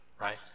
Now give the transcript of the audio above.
right